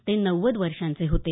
ते नव्वद वर्षाचे होते